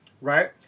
right